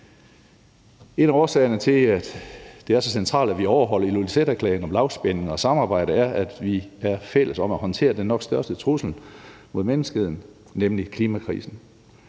En af årsagerne til, at det er så centralt, at vi overholder Ilulissaterklæringen om lavspænding og samarbejde er, at vi er fælles om at håndtere den nok største trussel mod menneskeheden, nemlig klimakrisen.